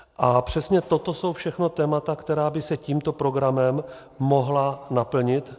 A přesně toto jsou přesně témata, která by se tímto programem mohla naplnit.